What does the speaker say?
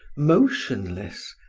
motionless,